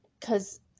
cause